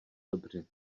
dobře